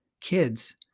kids